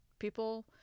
People